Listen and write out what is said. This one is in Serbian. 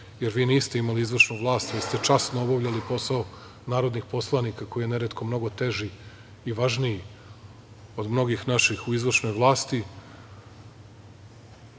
jer vi niste imali izvršnu vlast, vi ste časno obavljali posao narodnih poslanika koji je neretko mnogo teži i važniji od mnogih naših u izvršnoj vlasti. Podigli